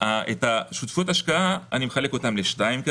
את שותפות השקעה אני מחלק לשניים: